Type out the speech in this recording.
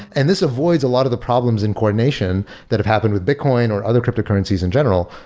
and this avoids a lot of the problems and coordination that have happened with bitcoin or other cryptocurrencies in general,